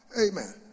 Amen